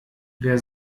wer